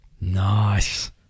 Nice